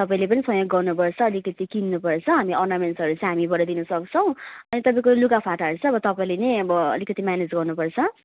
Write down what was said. तपाईँले पनि सहयोग गर्न पर्छ अलिकति किन्नु पर्छ हामी अर्नामेन्ट्सहरू चाहिँ हामीबाट दिनु सक्छौँ अनि तपाईँको लुगाफाटाहरू चाहिँ अब तपाईँले नै अब अलिकति म्यानेज गर्नु पर्छ